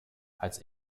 als